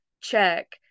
check